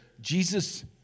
Jesus